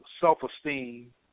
self-esteem